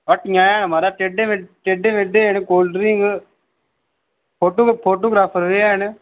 हट्टियां हैन महाराज टेडे मे टेडे मेडे कोल्ड ड्रिंक फोटो फोटोग्राफर बी हैन